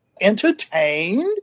Entertained